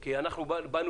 כי באנו